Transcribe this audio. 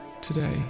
today